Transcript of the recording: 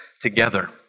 together